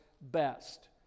best